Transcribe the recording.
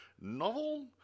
novel